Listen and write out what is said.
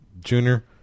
Junior